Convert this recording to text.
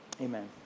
Amen